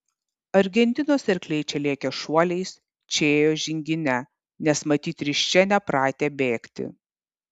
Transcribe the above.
argentinos arkliai čia lėkė šuoliais čia ėjo žingine nes matyt risčia nepratę bėgti